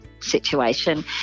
situation